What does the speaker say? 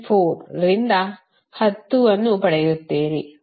994 ರಿಂದ 10 ಅನ್ನು ಪಡೆಯುತ್ತೀರಿ